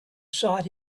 sought